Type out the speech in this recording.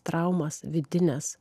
traumas vidines